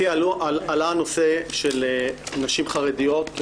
עלה הנושא של נשים חרדיות.